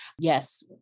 yes